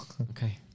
Okay